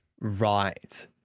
Right